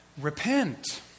Repent